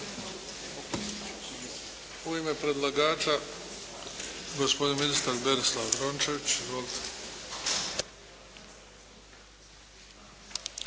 U ime predlagača, gospodin ministar Berislav Rončević. Izvolite.